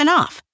off